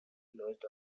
closed